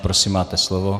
Prosím, máte slovo.